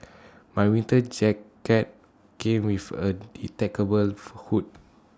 my winter jacket came with A detachable hood